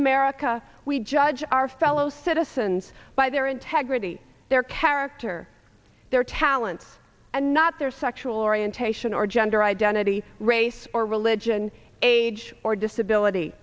america we judge our fellow citizens by their integrity their character their talents and not their sexual orientation or gender identity race or religion age or disability